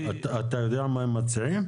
אתה יודע מה הם מציעים?